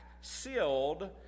sealed